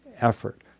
effort